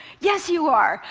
yes, you are!